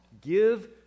Give